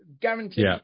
guaranteed